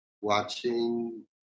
watching